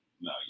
No